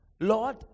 Lord